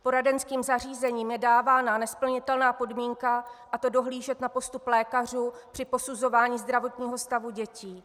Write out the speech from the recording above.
Poradenským zařízením je dávána nesplnitelná podmínka, a to dohlížet na postup lékařů při posuzování zdravotního stavu dětí.